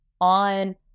on